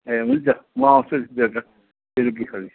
ए हुन्छ म आउँछु नि बेलुका बेलुकीखेरि